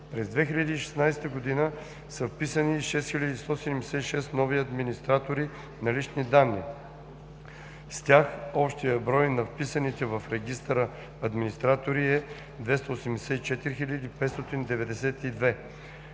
През 2016 г. са вписани 6176 нови администратори на лични данни. С тях общият брой на вписаните в регистъра администратори е 284 592.